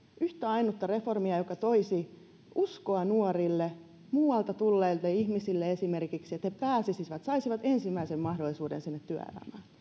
yhtä ainutta reformia joka toisi uskoa nuorille muualta tulleille ihmisille esimerkiksi että he saisivat ensimmäisen mahdollisuuden työelämään